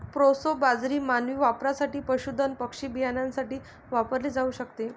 proso बाजरी मानवी वापरासाठी, पशुधन पक्षी बियाण्यासाठी वापरली जाऊ शकते